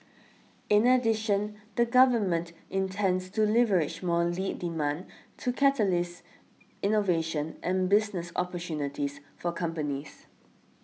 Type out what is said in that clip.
in addition the Government intends to leverage more lead demand to catalyse innovation and business opportunities for companies